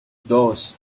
dos